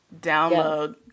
download